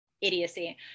idiocy